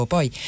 Poi